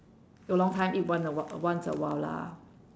you long time eat one uh once a while lah